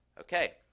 Okay